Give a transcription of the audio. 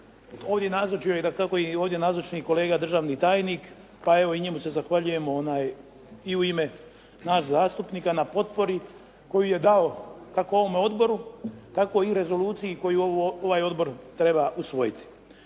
ovdje nazočnih kolega državni tajnik. Pa evo i njemu se zahvaljujemo i u ime nas zastupnika na potpori koju je dao kako ovome odboru, tako i rezoluciji koji ovaj odbor treba usvojiti.